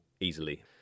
easily